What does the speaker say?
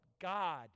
God